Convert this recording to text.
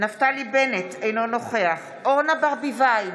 נפתלי בנט, אינו נוכח אורנה ברביבאי,